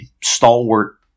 stalwart